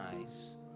eyes